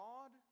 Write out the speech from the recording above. God